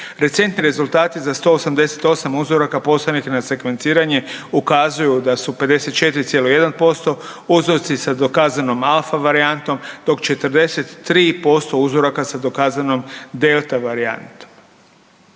Recentni rezultati za 188 uzoraka poslanih na sekvenciranje ukazuju da su 54,1% uzorci sa dokazanom Alfa varijantom dok 43% uzoraka sa dokazanom Delta varijantom.